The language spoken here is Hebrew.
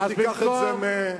אל תיקח את זה מהם,